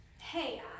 Hey